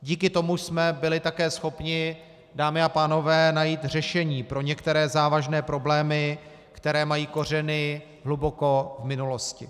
Díky tomu jsme byli také schopni, dámy a pánové, najít řešení pro některé závažné problémy, které mají kořeny hluboko v minulosti.